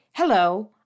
Hello